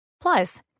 Plus